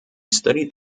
studied